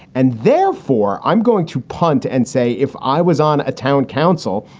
and therefore, i'm going to punt and say, if i was on a town council,